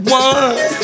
one